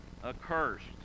accursed